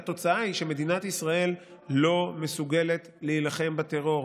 והתוצאה היא שמדינת ישראל לא מסוגלת להילחם בטרור.